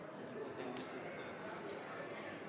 Så det store,